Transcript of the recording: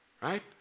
Right